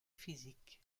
physiques